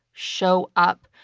show up.